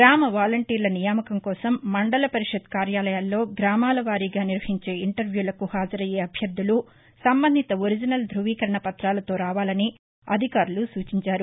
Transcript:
గ్రామ వాలంటీర్ల నియామకం కోసం మండల పరిషత్ కార్యాలయాల్లో గ్రామాల వారీగా నిర్వహించే ఇంటర్వ్వూలకు హాజరయ్యే అభ్యర్థులు సంబంధిత ఒరిజనల్ ్రువీకరణ పృతాలతో రావాలని అధికారులు సూచించారు